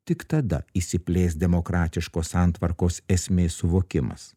tik tada išsiplės demokratiškos santvarkos esmės suvokimas